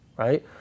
Right